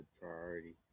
priority